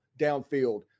downfield